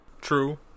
True